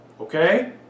Okay